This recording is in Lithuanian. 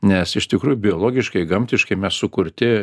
nes iš tikrųjų biologiškai gamtiškai mes sukurti